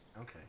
Okay